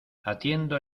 atiendo